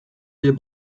wir